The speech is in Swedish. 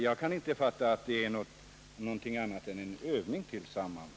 Jag kan inte fatta annat än att det är en övning tillsammans.